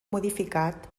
modificat